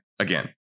again